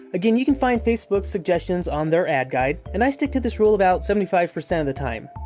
again, you can find facebook suggestions on their ad guide and i stick to this rule about seventy five percent of the time.